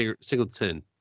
Singleton